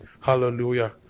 Hallelujah